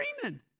dreaming